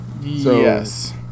Yes